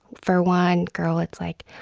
for one girl, it's like,